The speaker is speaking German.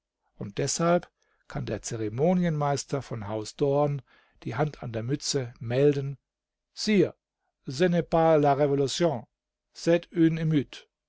und deshalb kann der zeremonienmeister von haus doorn die hand an der mütze melden sire